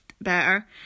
better